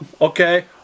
okay